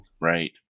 Right